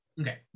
okay